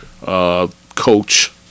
coach